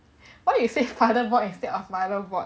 why you say father board instead of motherboard